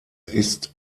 ist